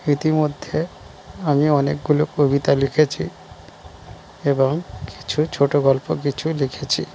ইতিমধ্যে আমি অনেকগুলো কবিতা লিখেছি এবং কিছু ছোটো গল্প কিছুই লিখেছি